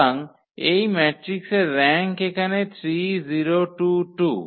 সুতরাং এই ম্যাট্রিক্সের র্যাঙ্ক এখানে 3 0 2 2